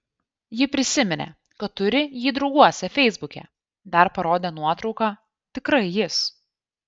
ji prisiminė kad turi jį drauguose feisbuke dar parodė nuotrauką tikrai jis